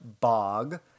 Bog